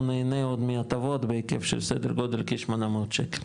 הוא נהנה עוד מהטבות בהיקף של סדר גודל של כ-800 ₪.